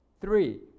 Three